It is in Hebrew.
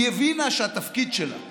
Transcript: היא הבינה שהתפקיד שלה הוא